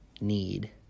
need